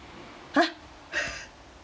!huh!